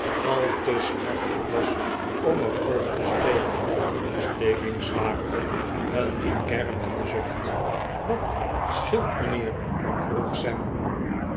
al te smartelijk was om er over te spreken stiggins slaakte een kermenden zucht wat scheelt mijnheer vroeg sam